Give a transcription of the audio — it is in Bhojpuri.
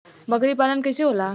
बकरी पालन कैसे होला?